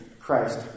Christ